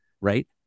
Right